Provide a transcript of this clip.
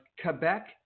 Quebec